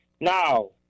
Now